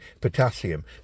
potassium